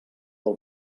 del